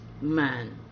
man